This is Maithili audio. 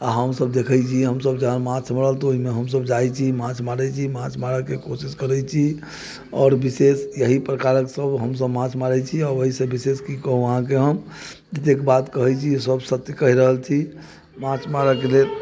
आओर हमसब देखै छिए हमसब जहन माछ मरल तऽ ओहिमे हमसब जाइ छी माछ मारै छी माछ मारऽके कोशिश करै छी आओर विशेष एहि प्रकारके सब हमसब माछ मारै छी आओर ओहिसँ विशेष कि कहू अहाँके हम एतेक बात कहै छी सब सत्य कहि रहल छी माछ मारऽके लेल